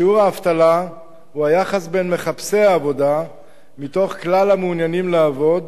שיעור האבטלה הוא היחס בין מחפשי העבודה מתוך כלל המעוניינים לעבוד,